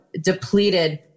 depleted